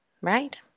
right